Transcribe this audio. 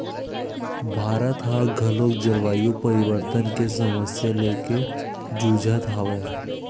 भारत ह घलोक जलवायु परिवर्तन के समस्या लेके जुझत हवय